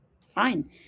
fine